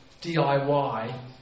DIY